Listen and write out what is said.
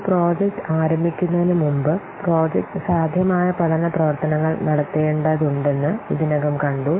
ഒരു പ്രോജക്റ്റ് ആരംഭിക്കുന്നതിനുമുമ്പ് പ്രോജക്റ്റ് സാധ്യമായ പഠന പ്രവർത്തനങ്ങൾ നടത്തേണ്ടതുണ്ടെന്ന് ഇതിനകം കണ്ടു